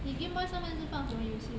你 gameboy 上面是放什么游戏